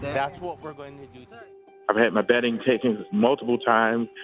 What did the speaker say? that's what we're doing i've hit my bedding, taken multiple times.